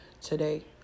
today